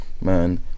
man